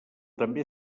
també